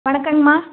வணக்கங்கம்மா